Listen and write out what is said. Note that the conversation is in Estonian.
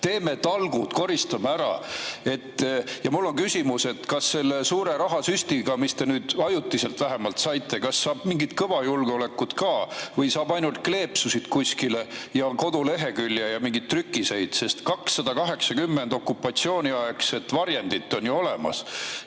teeme talgud, koristame ära! Ja mul on küsimus, et kas selle suure rahasüstiga, mis te nüüd ajutiselt vähemalt saite, saab mingit kõva julgeolekut ka või saab ainult kleepsusid kuskile ja kodulehekülje ja mingeid trükiseid. 280 okupatsiooniaegset varjendit on ju olemas